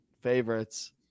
favorites